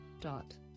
dot